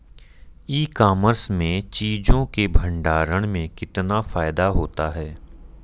ई commerce में चीज़ों के भंडारण में कितना फायदा होता है?